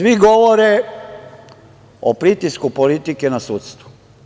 Svi govore o pritisku politike na sudstvo.